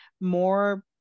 more